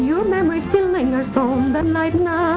you know